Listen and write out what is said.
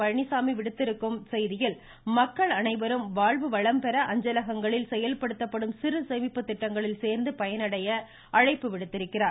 பழனிச்சாமி விடுத்திருக்கும் செய்தியில் தமிழக மக்கள் அனைவரும் தங்கள் வாழ்வு வளம்பெற அஞ்சலகங்களில் செயல்படுத்தப்படும் சிறுசேமிப்பு திட்டங்களில் சேர்ந்து பயனடைய அழைப்பு விடுத்திருக்கிறார்